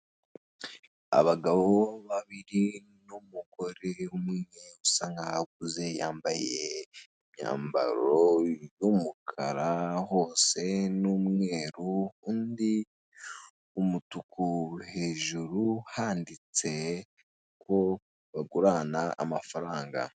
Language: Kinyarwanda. Abagabo babiri n'umugore umwe usa nkaho akuze yambaye imyambaro y'umukara hose n'umweru undi umutuku hejuru handitse ko bagurana amafaranga.